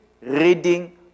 reading